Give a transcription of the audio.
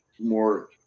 more